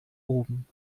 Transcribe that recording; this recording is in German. oben